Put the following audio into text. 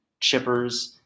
chippers